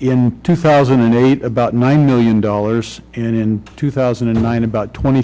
in two thousand and eight about nine million dollars and in two thousand and nine about twenty